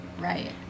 right